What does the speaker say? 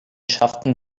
schafften